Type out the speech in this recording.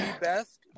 best